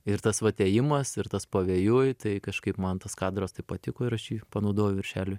ir tas vat ėjimas ir tas pavėjui tai kažkaip man tas kadras taip patiko ir aš jį panaudojau viršeliui